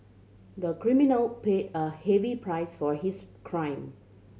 the criminal paid a heavy price for his crime